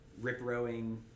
rip-rowing